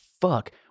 fuck